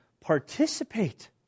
participate